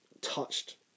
touched